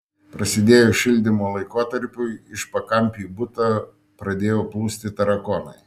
prasidėjus šildymo laikotarpiui iš pakampių į butą pradėjo plūsti tarakonai